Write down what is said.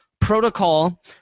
protocol